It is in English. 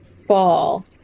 Fall